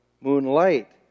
moonlight